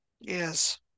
Yes